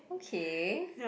okay